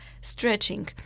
stretching